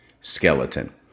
skeleton